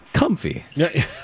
Comfy